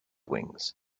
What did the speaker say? wings